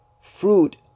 fruit